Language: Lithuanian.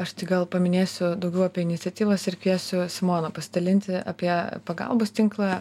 aš tik gal paminėsiu daugiau apie iniciatyvas ir kviesiu simoną pasidalinti apie pagalbos tinklą